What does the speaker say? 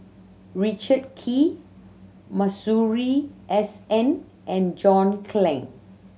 Richard Kee Masuri S N and John Clang